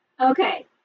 okay